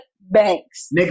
Banks